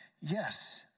Yes